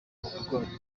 uburwayi